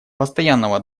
постоянного